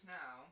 now